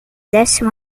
décimo